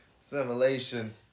simulation